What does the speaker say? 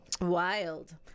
Wild